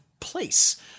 place